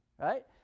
right